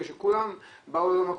בגלל שכולם באו למקום.